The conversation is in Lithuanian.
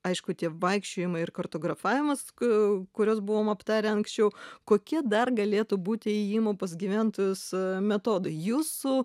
aišku tie vaikščiojimai ir kartografavimas kai kuriuos buvom aptarę anksčiau kokie dar galėtų būti ėjimo pas gyventojus metodai jūsų